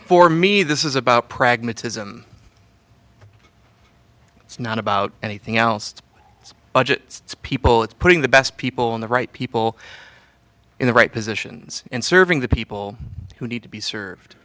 for me this is about pragmatism it's not about anything else it's budgets people it's putting the best people in the right people in the right positions and serving the people who need to be served